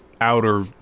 outer